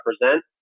represent